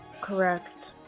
Correct